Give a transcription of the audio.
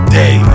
day